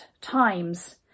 times